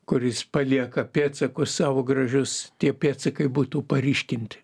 kuris palieka pėdsakus savo gražius tie pėdsakai būtų paryškinti